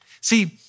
See